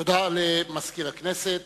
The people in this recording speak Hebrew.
תודה למזכיר הכנסת.